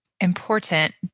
important